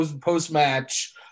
post-match